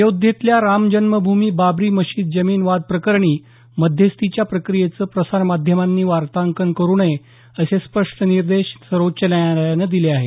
अयोध्येतल्या रामजन्मभूमी बाबरी मशीद जमीन वाद प्रकरणी मध्यस्थीच्या प्रक्रियेचं प्रसारमाध्यमांनी वातांकन करू नये असे स्पष्ट निर्देश सर्वोच्च न्यायालयानं दिले आहेत